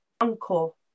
Uncle